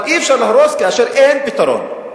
אבל אי-אפשר להרוס כאשר אין פתרון.